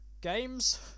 games